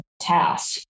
task